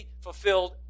Fulfilled